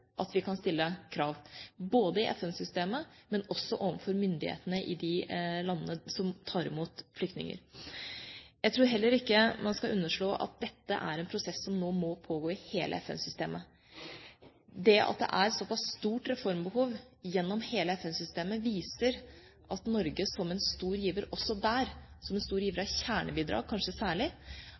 at vi kan stille krav, både i FN-systemet og også overfor myndighetene i de landene som tar imot flyktninger. Jeg tror heller ikke man skal underslå at dette er en prosess som nå må pågå i hele FN-systemet. Det at det er et såpass stort reformbehov gjennom hele FN-systemet, viser at Norge som en stor giver – og kanskje særlig som en stor giver av kjernebidrag